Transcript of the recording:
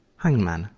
hangman,